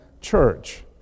church